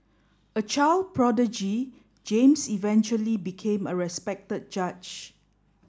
a child prodigy James eventually became a respected judge